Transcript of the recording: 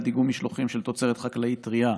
דיגום משלוחים של תוצרת חקלאית טרייה